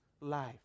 life